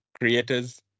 creators